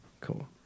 cool